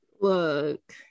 Look